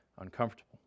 uncomfortable